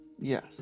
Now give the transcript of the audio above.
Yes